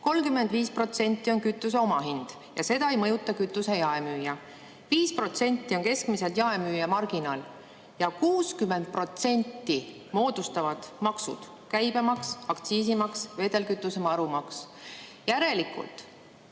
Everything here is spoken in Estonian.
35% on kütuse omahind ja seda ei mõjuta kütuse jaemüüja, keskmiselt 5% on jaemüüja marginaal ja 60% moodustavad maksud: käibemaks, aktsiisimaks ja vedelkütuse varumaks. Järelikult